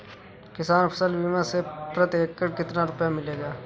किसान फसल बीमा से प्रति एकड़ कितना रुपया मिलेगा?